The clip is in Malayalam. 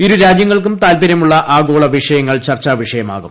ഇരു രാജ്യങ്ങൾക്കും താൽ ്പര്യമുളള ആഗോള വിഷയങ്ങൾ ചർച്ചാവിഷയമാകും